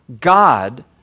God